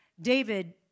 David